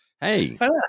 Hey